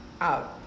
out